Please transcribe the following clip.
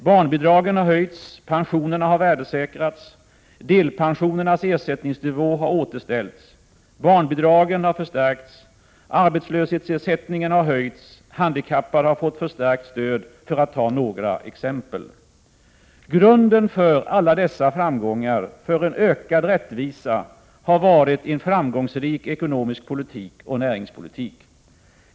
Barnbidragen har höjts, pensionerna har värdesäkrats, delpensionernas ersättningsnivå har återställts, arbetslöshetsersättningen har höjts och handikappade har fått förstärkt stöd, för att ta några exempel. Grunden för alla dessa framgångar för en ökad rättvisa har varit en framgångsrik ekonomisk politik och näringspolitik.